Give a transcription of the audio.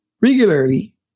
regularly